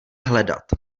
hledat